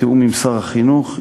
בתיאום עם שר החינוך,